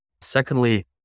Secondly